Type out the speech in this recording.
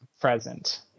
present